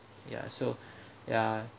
ya so ya